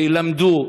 ולמדו,